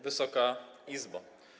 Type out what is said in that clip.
Wysoka Izbo!